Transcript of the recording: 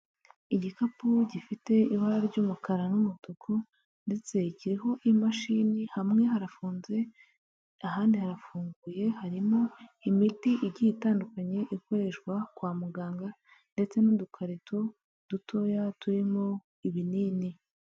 Igikapu gifite ibara ry'umukara n'umutuku, ndetse kiriho imashini, hamwe harafunze ahandi harafunguye, harimo imiti igiye itandukanye ikoreshwa kwa muganga, ndetse n'udukarito dutoya turimo ibinini.